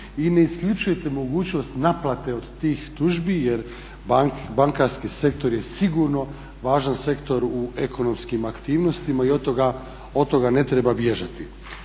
i ne isključujete mogućnost naplate od tih tužbi jer bankarski sektor je sigurno važan sektor u ekonomskim aktivnostima i od toga ne treba bježati.